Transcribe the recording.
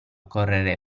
correre